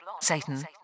Satan